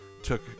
took